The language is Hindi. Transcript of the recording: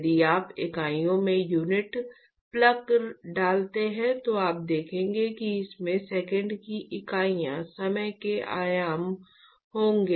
यदि आप इकाइयों में यूनिट प्लग डालते हैं तो आप देखेंगे कि इसमें सेकंड की इकाइयाँ समय के आयाम होंगे